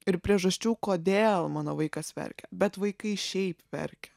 ir priežasčių kodėl mano vaikas verkia bet vaikai šiaip verkia